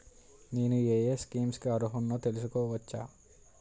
నేను యే యే స్కీమ్స్ కి అర్హుడినో తెలుసుకోవచ్చా?